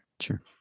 Sure